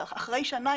אחרי שנה,